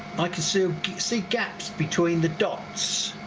i can soon see gaps between the dots.